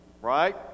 right